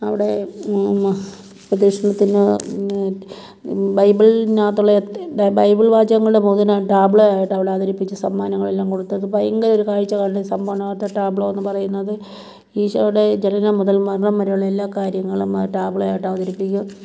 അവിടെ ഉദ്ദേശിക്കുന്ന ബൈബിളിനകത്തുള്ള ബൈബിൾ വാചകങ്ങളുടെ പോലെ തന്നെ ടാബ്ലോയായിട്ട് അവിടെ അവതരിപ്പിച്ച് സമ്മാനങ്ങളെല്ലാം കൊടുത്തത് ഭയങ്കര ഒരു കാഴ്ച സമ്മാനായിട്ട് ടാബ്ലോന്ന് പറയുന്നത് ഈശ്ശോടെ ജനനം മുതൽ മരണം വരെയൊള്ള എല്ലാ കാര്യങ്ങളും ആ ടാബ്ലോ ആയിട്ട് അവതരിപ്പിക്കും